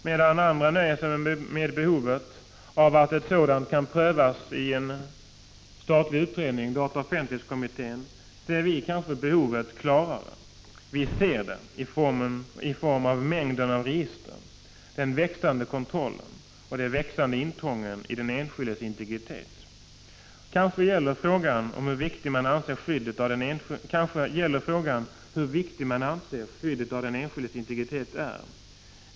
Medan andra nöjer sig med att säga att behovet av ett sådant grundlagsskydd kan prövas i en statlig utredning — dataoch offentlighetskommittén — ser vi behovet klarare. Vi ser det på grund av mängden av register, den växande kontrollen och de växande intrången i den enskildes integritet. Kanske gäller frågan just hur viktigt man anser skyddet av den enskildes integritet vara.